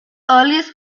earliest